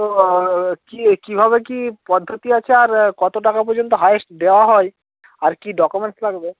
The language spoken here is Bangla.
তো কী এ কীভাবে কী পদ্ধতি আছে আর এ কত টাকা পর্যন্ত হায়েস্ট দেওয়া হয় আর কী ডকুমেন্টস লাগবে